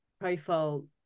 profile